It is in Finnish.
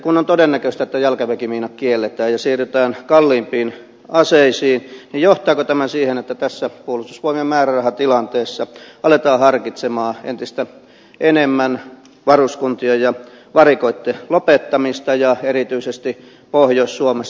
kun on todennäköistä että jalkaväkimiinat kielletään ja siirrytään kalliimpiin aseisiin niin johtaako tämä siihen että tässä puolustusvoimien määrärahatilanteessa aletaan harkita entistä enemmän varuskuntien ja varikoitten lopettamista ja erityisesti pohjois suomessa